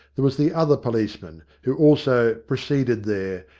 there was the other policeman who also pro ceeded there,